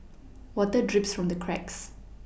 water drips from the cracks